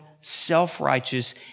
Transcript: self-righteous